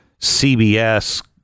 CBS